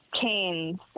canes